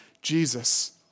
Jesus